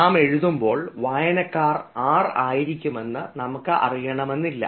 നാം എഴുതുമ്പോൾ വായനക്കാർ ആരായിരിക്കും എന്ന് നമുക്ക് അറിയണമെന്നില്ല